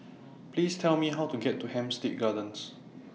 Please Tell Me How to get to Hampstead Gardens